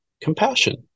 compassion